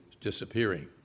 disappearing